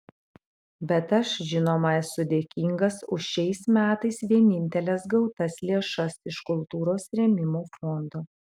bet aš žinoma esu dėkingas už šiais metais vieninteles gautas lėšas iš kultūros rėmimo fondo